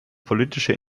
politische